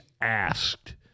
asked